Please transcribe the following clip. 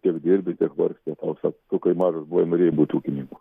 tiek dirbi tiek vargsti o sak tu kai mažas buvai norėjai būt ūkininku